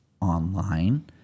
online